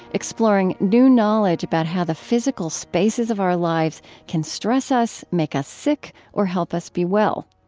exploring new knowledge about how the physical spaces of our lives can stress us, make us sick, or help us be well.